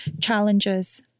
challenges